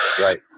right